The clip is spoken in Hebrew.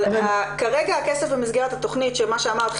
אבל כרגע הכסף במסגרת התכנית של מה שאמרת,